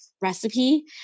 recipe